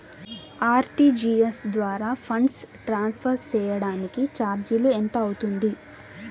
RTGS ద్వారా funds transfer సేయడానికి చార్జీలు ఎంత అవుతుంది